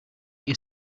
your